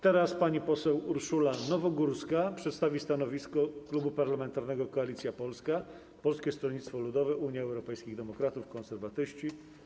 Teraz pani poseł Urszula Nowogórska przedstawi stanowisko Klubu Parlamentarnego Koalicja Polska - Polskie Stronnictwo Ludowe, Unia Europejskich Demokratów, Konserwatyści.